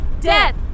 Death